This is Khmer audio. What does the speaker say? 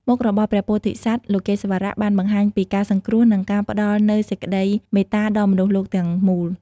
មុខរបស់ព្រះពោធិសត្វលោកេស្វរៈបានបង្ហាញពីការសង្គ្រោះ និងការផ្តល់នូវសេចក្តីមេត្តាដល់មនុស្សលោកទាំងមូល។